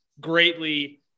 greatly